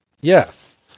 Yes